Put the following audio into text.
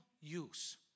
use